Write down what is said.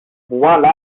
voilà